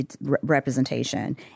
representation